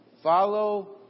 Follow